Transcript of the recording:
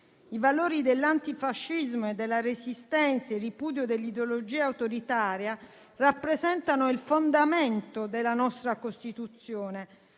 I valori dell'antifascismo e della resistenza e il ripudio dell'ideologia autoritaria rappresentano il fondamento della nostra Costituzione,